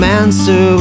answer